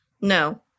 No